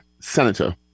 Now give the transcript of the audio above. senator